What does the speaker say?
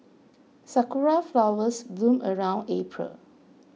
sakura flowers bloom around April